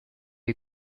est